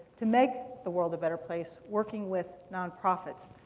to make the world a better place, working with nonprofits.